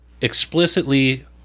explicitly